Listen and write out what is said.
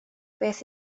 beth